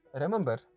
remember